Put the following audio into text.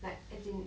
like as in